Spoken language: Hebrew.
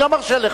אני לא מרשה לך.